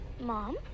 mom